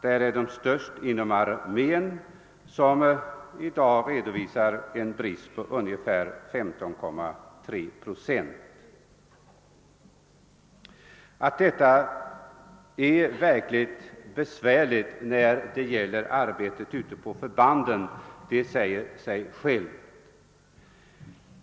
Där är antalet vakanser störst inom armén, som i dag redovisar en brist på 15,3 procent. Att detta är verkligt besvärligt för arbetet ute på förbanden säger sig självt.